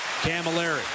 Camilleri